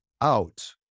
out